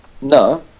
No